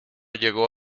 llegó